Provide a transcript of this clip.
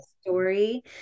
story